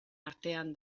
artean